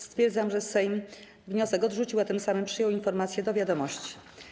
Stwierdzam, że Sejm wniosek odrzucił, a tym samym przyjął informację do wiadomości.